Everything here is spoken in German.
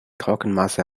trockenmasse